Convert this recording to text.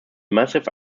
massive